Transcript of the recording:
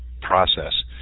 process